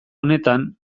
honetan